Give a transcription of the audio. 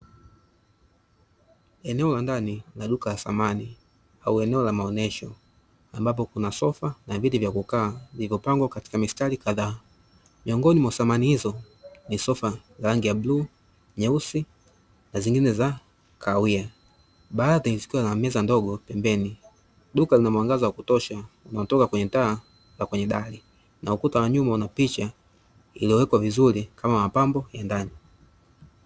Eneo la ndani la duka la samani au eneo la maonesho, ambapo kuna sofa na viti vya kukaa vilivyopangwa katika mistari kadhaa. Miongoni mwa samani hizo ni sofa la rangi ya bluu, nyeusi na zingine za kahawia baadhi zikiwa na meza ndogo pembeni. Duka lina mwangaza wa kutosha unaotoka kwenye taa na kwenye bahari na ukuta wa nyuma una picha iliyowekwa vizuri kama mapambo ya ndani.